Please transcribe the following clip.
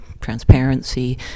transparency